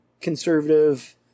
conservative